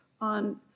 on